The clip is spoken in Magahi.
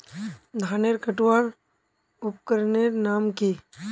धानेर कटवार उपकरनेर नाम की?